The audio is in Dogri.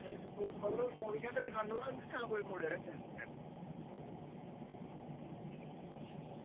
तुस चौबी घैंटे दुकानै उप्पर गै होंदे जां कोई मुड़े रक्खे दे न